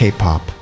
K-pop